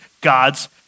God's